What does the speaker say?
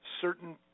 certain